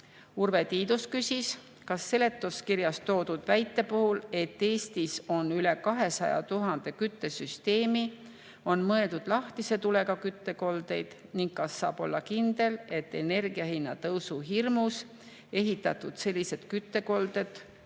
Urve Tiidus küsis, kas seletuskirjas toodud väite puhul, et Eestis on üle 200 000 küttesüsteemi, [kas] on mõeldud lahtise tulega küttekoldeid ja kas saab olla kindel, et energia hinna tõusu hirmus ehitatud sellised küttekolded satuvad